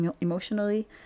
emotionally